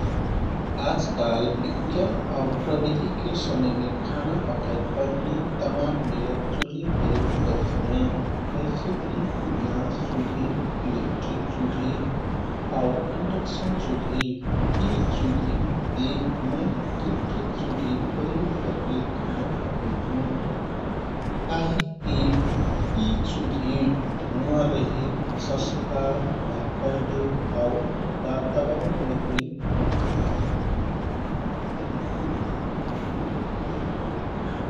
आजकाल विज्ञान आउ प्रविधिके समयमे खाना पकाइक तहनि तमान मेलक चुल्हि प्रयोग करतियाँ। जैसेकि ग्याँस चुल्हि, इलेक्ट्रिक चुल्हि आउ, इन्डक्सन चुल्हि। यी चुल्हि महति मै इलेक्ट्रिक चुल्हि प्रयोग करके खाना पकैतुँ। काहिककी यी चुल्हि धुवाँरहित, सस्ता, भरपर्दो आउ वातावरणमैत्री रहता।